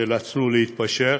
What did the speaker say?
נאלצנו להתפשר,